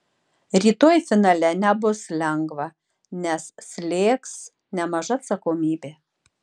rytoj finale nebus lengva nes slėgs nemaža atsakomybė